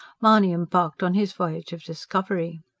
mahony embarked on his voyage of discovery.